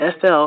FL